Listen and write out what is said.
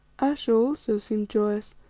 ayesha also seemed joyous,